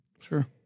Sure